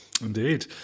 Indeed